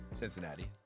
Cincinnati